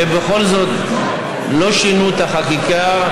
ובכל זאת לא שינו את החקיקה,